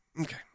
okay